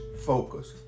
focus